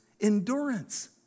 endurance